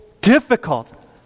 difficult